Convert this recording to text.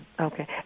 okay